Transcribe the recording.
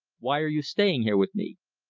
why are you staying here with me?